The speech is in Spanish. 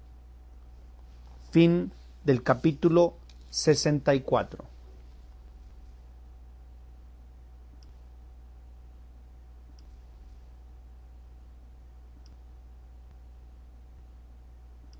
fin del capítulo veinte y